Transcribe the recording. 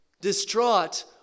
distraught